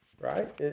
Right